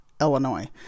Illinois